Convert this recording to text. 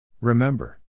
Remember